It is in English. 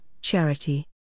Charity